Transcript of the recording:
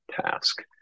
task